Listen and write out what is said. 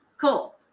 cool